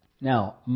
Now